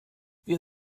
wir